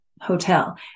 hotel